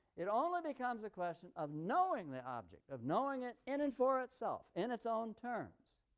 it only becomes a question of knowing the object, of knowing it in and for itself, in its own terms,